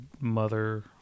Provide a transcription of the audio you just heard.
mother